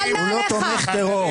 של נעליך, תומך טרור.